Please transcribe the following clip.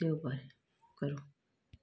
देव बरें करूं